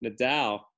Nadal